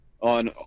on